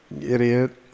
idiot